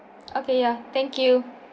okay yeah thank you